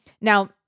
Now